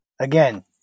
Again